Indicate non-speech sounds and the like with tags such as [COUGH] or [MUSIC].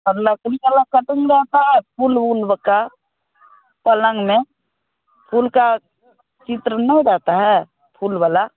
अगला फूल वाला का [UNINTELLIGIBLE] रहता है फूल वूल का पलंग में फूल का चित्र नहीं रहता है फूल वाला